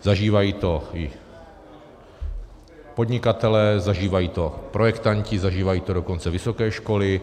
Zažívají to i podnikatelé, zažívají to projektanti, zažívají to dokonce vysoké školy.